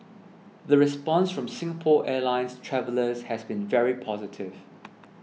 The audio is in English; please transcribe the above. the response from Singapore Airlines travellers has been very positive